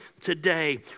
today